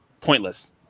pointless